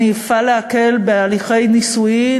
אני אפעל להקל בהליכי נישואים,